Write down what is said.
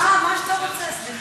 אה, מה שאתה רוצה, סליחה.